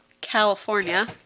California